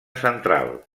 central